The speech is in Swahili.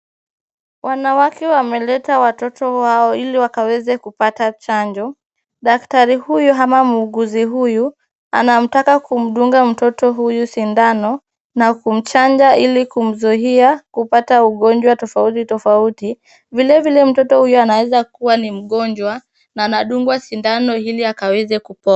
Wanawake wameleta watoto wao hili wakaweze kupata chanjo. Daktari huyu ama muuguzi huyu anataka kumdunga mtoto huyu sindano na kumchanja hili kumzuia kupata ugonjwa tofauti tofauti. Vilevile mtoto huyu anaeza kuwa ni mgonjwa na anadungwa sindano hili akaweze kupona.